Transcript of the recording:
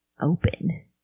open